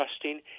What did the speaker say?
trusting